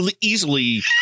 easily